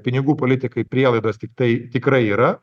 pinigų politikai prielaidos tiktai tikrai yra